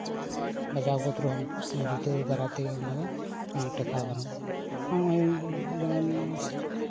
ᱵᱟᱡᱟᱣ ᱜᱚᱫ ᱨᱮᱦᱚᱢ ᱢᱟᱱᱮ ᱡᱩᱛᱟᱹ ᱫᱟᱨᱟᱭ ᱛᱮᱜᱮ ᱚᱱᱟ ᱫᱚ ᱢᱟᱱᱮ ᱴᱮᱠᱟᱣ ᱫᱟᱨᱟᱢᱚᱜᱼᱟ ᱟᱨ ᱦᱚᱸᱜᱼᱚᱭ ᱡᱮᱢᱚᱱ ᱥᱤᱛᱩᱝ ᱫᱤᱱ